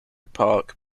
park